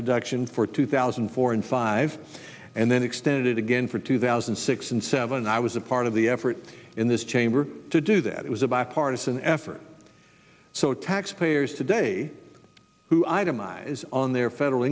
deduction for two thousand and four and five and then extended it again for two thousand and six and seven i was a part of the effort in this chamber to do that it was a bipartisan effort so taxpayers today who itemize on their federal